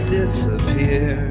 disappear